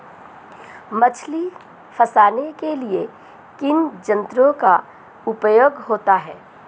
मछली फंसाने के लिए किन यंत्रों का उपयोग होता है?